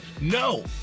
No